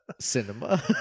cinema